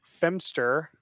femster